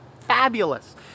fabulous